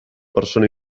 persona